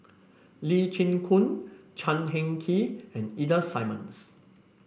Lee Chin Koon Chan Heng Chee and Ida Simmons